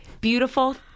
beautiful